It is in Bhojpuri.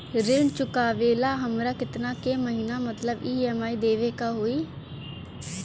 ऋण चुकावेला हमरा केतना के महीना मतलब ई.एम.आई देवे के होई?